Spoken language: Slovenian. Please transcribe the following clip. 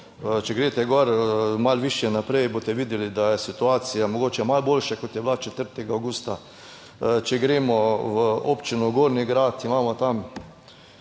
če greste gor malo višje naprej, boste videli, da je situacija mogoče malo boljša kot je bila 4. avgusta. Če gremo v občino Gornji Grad, imamo tam